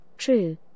True